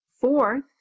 Fourth